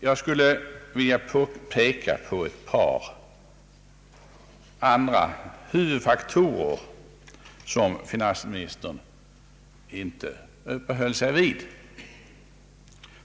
Jag skulle vilja peka på ett par andra huvudfaktorer, som finansministern inte uppehöll sig vid.